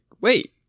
wait